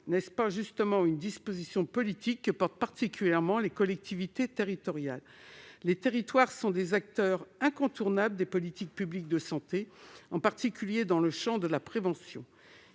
n'est-ce pas justement une disposition politique que portent particulièrement les collectivités territoriales ? Les territoires sont des acteurs incontournables des politiques publiques de santé, en particulier dans le champ de la prévention.